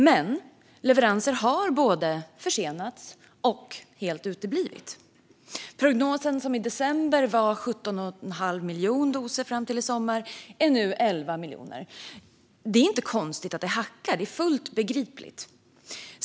Men leveranser har både försenats och helt uteblivit. Prognosen som i december var 17 1⁄2 miljon doser fram till i sommar ligger nu på 11 miljoner. Det är inte konstigt att det hackar, utan det är fullt begripligt.